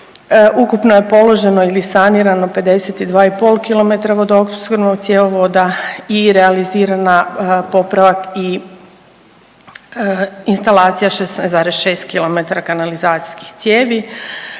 Ukupno je položeno ili sanirano 52,5 kilometra vodoopskrbnog cjevovoda i realizirana popravak i instalacija 16,6 kilometara kanalizacijskih cijevi.